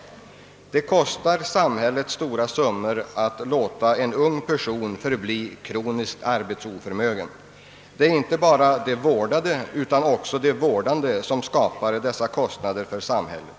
Det kostar samhället stora summor att låta en ung person förbli kroniskt arbetsoförmögen. Det är inte bara de vårdade utan också de vårdande, som skapar kostnader för samhället.